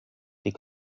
die